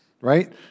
Right